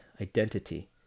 Identity